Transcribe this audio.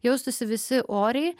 jaustųsi visi oriai